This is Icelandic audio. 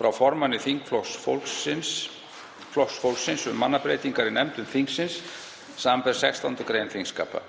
frá formanni þingflokks Flokks fólksins, um mannabreytingar í nefndum þingsins, samanber 16. gr. þingskapa.